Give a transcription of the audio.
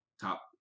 top